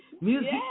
Music